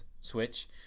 Switch